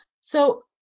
So-